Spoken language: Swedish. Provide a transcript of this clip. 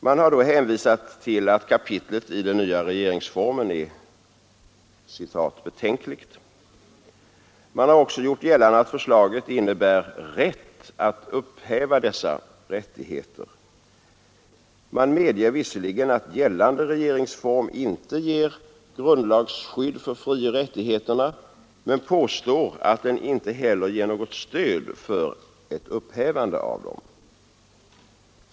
Man har då hänvisat till att kapitlet i den nya regeringsformen är ”betänkligt”. Man har också gjort gällande att förslaget innebär rätt att upphäva dessa rättigheter. Man medger visserligen att gällande regeringsform inte ger grundlagsskydd för frioch rättigheterna men påstår att den inte heller ger något stöd för ett upphävande av dem.